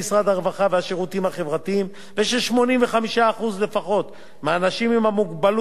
והשירותים החברתיים וש-85% לפחות מהאנשים עם המוגבלות השוהים בה